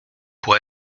pour